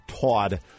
Todd